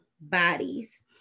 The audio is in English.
bodies